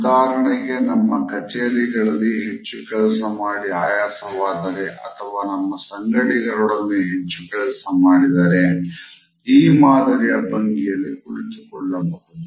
ಉದಾಹರಣೆಗೆ ನಮ್ಮ ಕಚೇರಿಗಳಲ್ಲಿ ಹೆಚ್ಚು ಕೆಲಸ ಮಾಡಿ ಆಯಾಸವಾದರೆ ಅಥವಾ ನಮ್ಮ ಸಂಗಡಿಗರೊಡನೆ ಹೆಚ್ಚು ಕೆಲಸ ಮಾಡಿದರೆ ಈ ಮಾದರಿಯ ಭಂಗಿಯಲ್ಲಿ ಕುಳಿತುಕೊಳ್ಳಬಹುದು